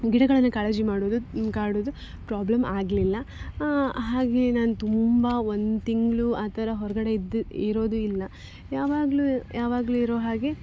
ಗಿಡಗಳನ್ನು ಕಾಳಜಿ ಮಾಡೋದು ಕಾಡೋದು ಪ್ರಾಬ್ಲಮ್ ಆಗಲಿಲ್ಲ ಹಾಗೆಯೇ ನಾನು ತುಂಬ ಒಂದು ತಿಂಗಳು ಆ ಥರ ಹೊರಗಡೆ ಇದ್ದ ಇರೋದು ಇಲ್ಲ ಯಾವಾಗಲೂ ಯಾವಾಗಲೂ ಇರೋ ಹಾಗೆ